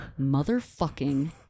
motherfucking